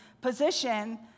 position